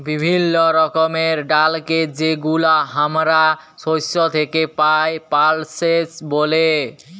বিভিল্য রকমের ডালকে যেগুলা হামরা শস্য থেক্যে পাই, পালসেস ব্যলে